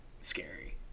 scary